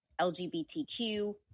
LGBTQ